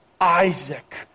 Isaac